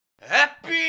Happy